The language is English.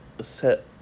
set